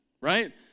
right